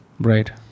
Right